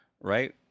right